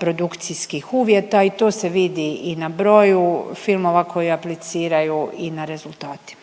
produkcijskih uvjeta i to se vidi i na broju filmova koji apliciraju i na rezultatima.